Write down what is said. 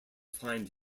find